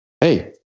Hey